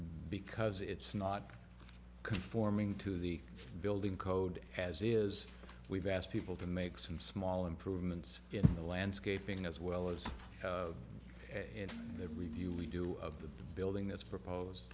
because it's not conforming to the building code as it is we've asked people to make some small improvements in the landscaping as well as in the review we do of the building that's proposed